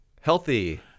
Healthy